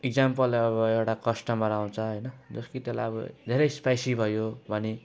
example अब एउटा customer आउँछ होइन जस्तो कि त्यसलाई अब धेरै स्पाइसी भयो अनि